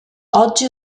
oggi